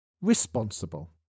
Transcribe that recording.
Responsible